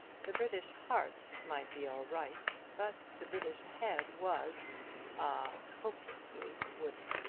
the british heart might be all right but the british head was ah hopelessly wooden!